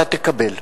אתה תקבל.